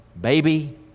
baby